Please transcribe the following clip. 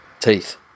teeth